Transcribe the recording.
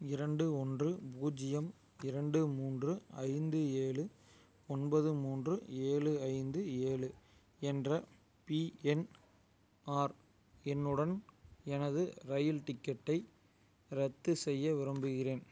இரண்டு ஒன்று பூஜ்ஜியம் இரண்டு மூன்று ஐந்து ஏழு ஒன்பது மூன்று ஏழு ஐந்து ஏழு என்ற பிஎன்ஆர் எண்ணுடன் எனது ரயில் டிக்கெட்டை ரத்து செய்ய விரும்புகிறேன்